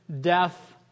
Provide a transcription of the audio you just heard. death